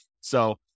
So-